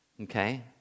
okay